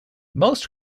most